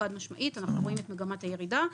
חד משמעית אנחנו רואים את מגמת הירידה.